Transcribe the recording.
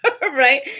Right